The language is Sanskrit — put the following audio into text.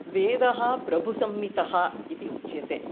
वेदः प्रभुसम्मितः इति उच्यते